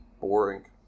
boring